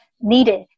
needed